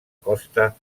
costa